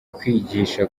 kwigisha